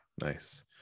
Nice